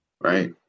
right